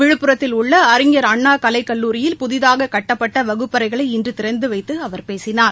விழுப்புரத்தில் உள்ள அறிஞர் அண்ணா கலைக் கல்லூரியில் புதிதாக கட்டப்பட்ட வகுப்பறைகளை இன்று திறந்து வைத்து அவர் பேசினார்